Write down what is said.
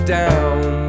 down